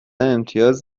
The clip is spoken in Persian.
امتیاز